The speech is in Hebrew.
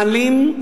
מעלים,